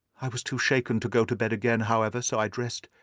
i was too shaken to go to bed again, however, so i dressed,